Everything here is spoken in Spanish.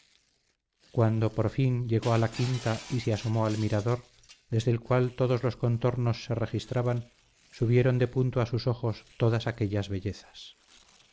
cuando por fin llegó a la quinta y se asomó al mirador desde el cual todos los contornos se registraban subieron de punto a sus ojos todas aquellas bellezas